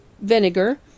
vinegar